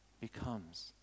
Becomes